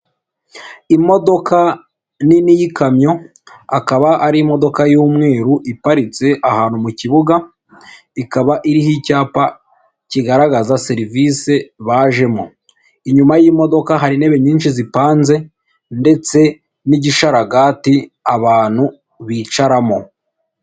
Imodoka nini y'ikamyo akaba ari imodoka y'umweru iparitse ahantu mu kibuga, ikaba iriho icyapa kigaragaza serivisi bajemo, inyuma y'imodoka hari intebe nyinshi zipanze ndetse n'igisharagati abantu bicaramo.